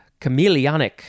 chameleonic